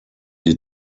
die